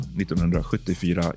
1974